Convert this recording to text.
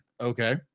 Okay